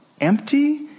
Empty